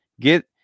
get